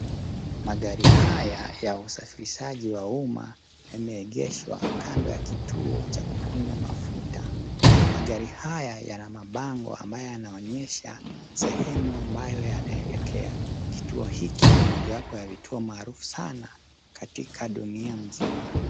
Magari haya ya usafirishaji wa umma yameegeshwa kando ya kituo cha kukunywa mafuta . Magari haya yana mabango ambayo yanaonyesha sehemu ambayo yanaelekea. Kituo hiki ni mojawapo ya vituo maarufu sana katika dunia mzima.